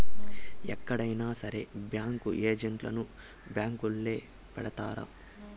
ఎక్కడైనా సరే బ్యాంకు ఏజెంట్లను బ్యాంకొల్లే పెడతారు